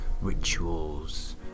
rituals